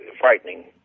frightening